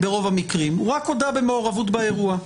ברוב המקרים, הוא רק הודה במעורבות באירוע,